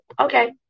okay